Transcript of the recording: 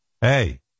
hey